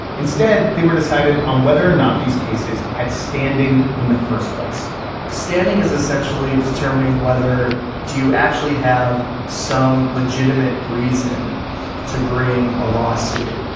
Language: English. instead, they were decided on whether or not these cases had standing in the first place standing is essentially determining whether do you actually have some legitimate reason to bring a lawsuit?